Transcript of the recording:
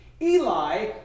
Eli